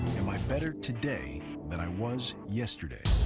am i better today than i was yesterday?